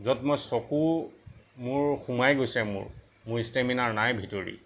য'ত মোৰ চকু মোৰ সোমাই গৈছে মোৰ ষ্টেমিনাৰ নাই ভিতৰি